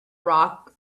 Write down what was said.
rock